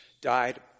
died